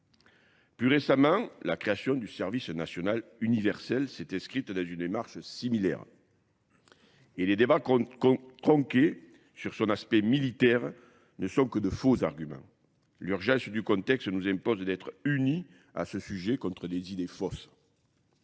Plus récemment, la création du service national universel s'est escrite dans une démarche similaire. Et les débats conqués sur son aspect militaire ne sont que de faux arguments. L'urgence du contexte nous impose d'être unis à ce sujet contre des idées fausses.